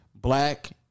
black